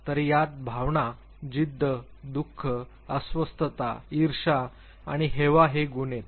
तर यात भावना जिद्द दुख अवस्थता इर्षा आणि हेवा हे गुण आहेत